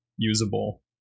usable